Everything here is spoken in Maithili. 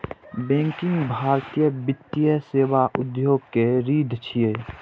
बैंकिंग भारतीय वित्तीय सेवा उद्योग के रीढ़ छियै